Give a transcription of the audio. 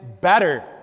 better